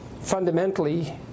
fundamentally